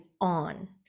on